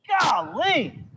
golly